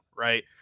right